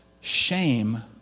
Shame